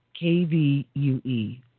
KVUE